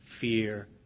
fear